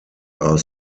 are